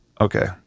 okay